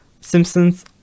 Simpsons